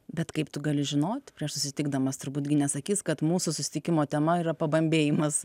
bet kaip tu gali žinot prieš susitikdamas turbūt gi nesakys kad mūsų susitikimo tema yra pabambėjimas